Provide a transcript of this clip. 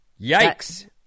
yikes